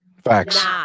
Facts